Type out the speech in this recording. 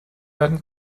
werden